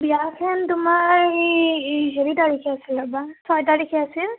বিয়াখন তোমাৰ এই হেৰি তাৰিখে আছিল ৰ'বা ছয় তাৰিখে আছিল